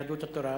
יהדות התורה,